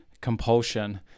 compulsion